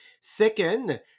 Second